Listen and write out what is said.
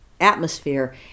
atmosphere